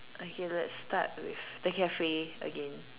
okay let's start with the cafe again